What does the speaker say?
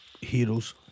heroes